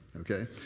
okay